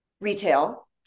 retail